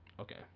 Okay